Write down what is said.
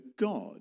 God